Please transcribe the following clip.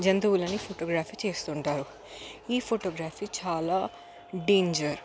జంతువులని photography చేస్తుంటారు ఈ photography చాలా డేంజర్